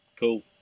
Cool